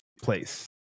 place